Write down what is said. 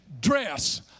dress